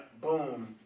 boom